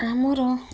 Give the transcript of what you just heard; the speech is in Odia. ଆମର